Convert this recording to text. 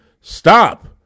stop